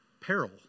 peril